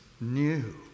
new